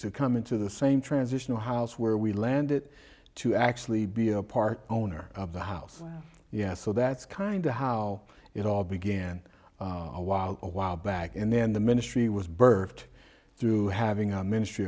come into the same transitional house where we landed to actually be a part owner of the house yeah so that's kind of how it all began a while a while back and then the ministry was birthed through having a ministry